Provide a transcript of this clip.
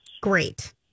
Great